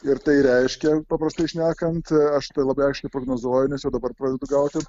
ir tai reiškia paprastai šnekant aš tai labai aiškiai prognozuoju nes jau dabar pradedu gauti